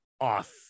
off